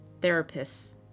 therapists